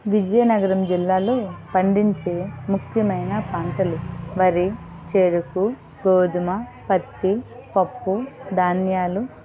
విజయనగరం జిల్లాలో పండించే ముఖ్యమైన పంటలు వరి చెరుకు గోధుమ పత్తి పప్పుధాన్యాలు